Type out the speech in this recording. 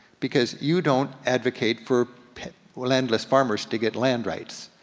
because you don't advocate for landless farmers to get land rights.